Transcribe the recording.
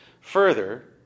Further